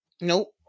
nope